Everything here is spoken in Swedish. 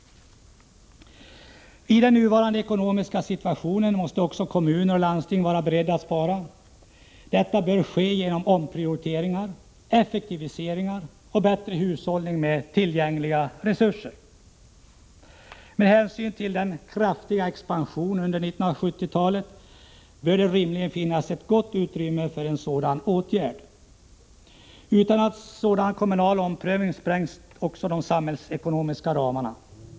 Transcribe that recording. I den nuvarande ekonomiska situationen måste också kommuner och landsting vara beredda att spara. Detta bör ske genom omprioriteringar, effektiviseringar och bättre hushållning med tillgängliga resurser. Med hänsyn till den kraftiga expansionen under 1970-talet bör det rimligen finnas ett gott utrymme för sådana åtgärder. Utan en sådan kommunal omprövning sprängs de samhällsekonomiska ramarna.